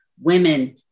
women